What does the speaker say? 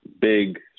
big